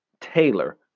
Taylor